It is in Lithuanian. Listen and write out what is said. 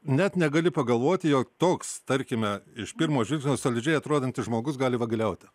net negali pagalvoti jog toks tarkime iš pirmo žvilgsnio solidžiai atrodantis žmogus gali vagiliauti